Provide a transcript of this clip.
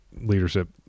leadership